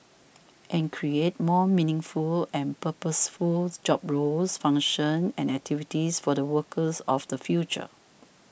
and create more meaningful and purposeful job roles functions and activities for the workers of the future